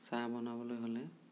চাহ বনাবলৈ হ'লে